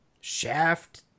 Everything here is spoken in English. shaft